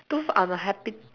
those are the happy